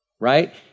right